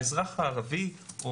האזרח הערבי,